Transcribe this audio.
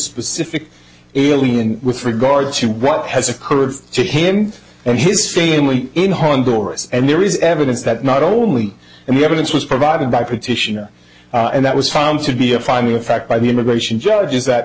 specific illian with regard to what has occurred to him and his family in honduras and there is evidence that not only the evidence was provided by petitioner and that was found to be a finding of fact by the immigration judge is that